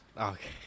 Okay